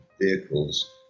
vehicles